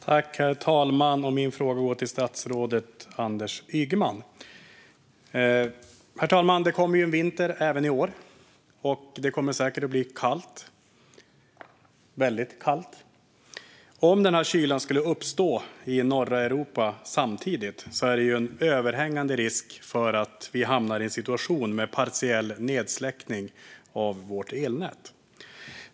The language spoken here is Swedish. Herr talman! Min fråga går till statsrådet Anders Ygeman. Herr talman! Det kommer ju en vinter även i år, och det kommer säkert att bli väldigt kallt. Om denna kyla skulle uppstå i hela norra Europa samtidigt finns det en överhängande risk för att vi hamnar i en situation med partiell nedsläckning av vårt elnät.